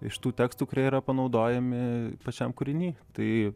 iš tų tekstų kurie yra panaudojami pačiam kūriny tai